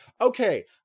okay